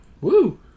Woo